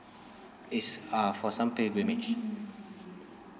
it's uh for some pilgrimage